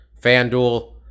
FanDuel